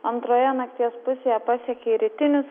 antroje nakties pusėje pasiekė ir rytinius